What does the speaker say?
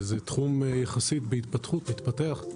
זה תחום יחסית מתפתח.